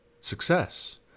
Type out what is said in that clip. success